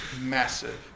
massive